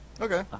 Okay